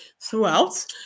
throughout